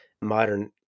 modern